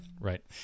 Right